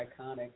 iconic